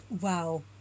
Wow